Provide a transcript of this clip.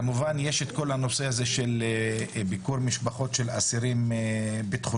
כמובן שיש את כל הנושא הזה של ביקור משפחות של אסירים ביטחוניים.